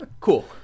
cool